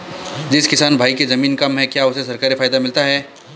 जिस किसान भाई के ज़मीन कम है क्या उसे सरकारी फायदा मिलता है?